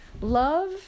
love